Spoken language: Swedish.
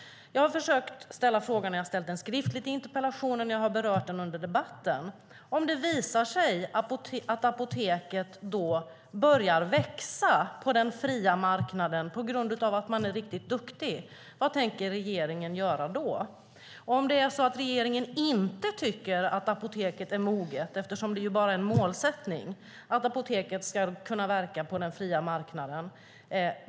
Jag har försökt ställa frågan. Jag har ställt den skriftligt i interpellationen, och jag har berört den under debatten. Vad tänker regeringen göra om det visar sig att apoteket börjar växa på den fria marknaden på grund av att man är riktigt duktig? Vad tänker regeringen göra om regeringen inte tycker att apoteket är moget? Det är ju bara en målsättning att apoteket ska kunna verka på den fria marknaden.